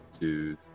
two